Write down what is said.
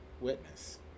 witness